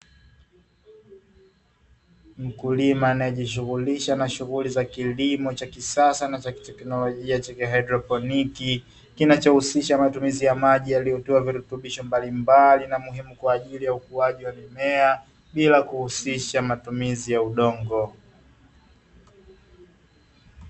Mkulima anayejishughulisha na shughuli za kilimo cha kisasa na cha kiteknolojia cha kihaidroponi, kinachohusisha matumizi ya maji yaliyotiwa virutubisho mbalimbali na muhimu kwa ajili ya ukuaji wa mimea bila kuhusisha matumizi ya udongo.